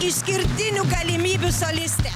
išskirtinių galimybių solistė